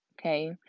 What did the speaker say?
Okay